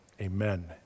amen